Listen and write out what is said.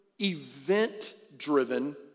event-driven